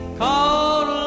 called